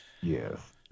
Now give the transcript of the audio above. Yes